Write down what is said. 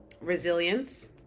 Resilience